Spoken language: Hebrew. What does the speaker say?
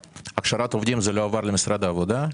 הכשרת עובדים זה לא עבר למשרד העבודה?